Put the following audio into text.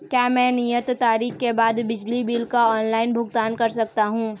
क्या मैं नियत तारीख के बाद बिजली बिल का ऑनलाइन भुगतान कर सकता हूं?